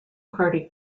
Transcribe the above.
party